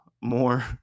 more